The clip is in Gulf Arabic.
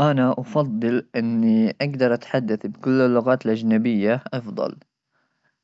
انا افضل اني اقدر اتحدث بكل اللغات الاجنبيه افضل